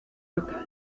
local